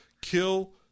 kill